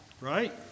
Right